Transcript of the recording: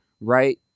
right